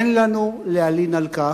אין לנו להלין על כך.